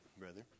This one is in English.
brother